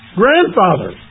grandfather